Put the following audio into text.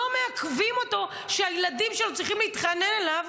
לא מעכבים אותו והילדים שלו צריכים להתחנן אליו